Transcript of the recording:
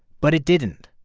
but it didn't.